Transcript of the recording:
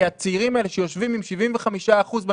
כי הצעירים האלה שיושבים בבית עם 75% אחוזי אבטלה,